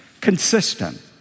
Consistent